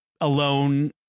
alone